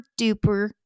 duper